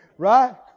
Right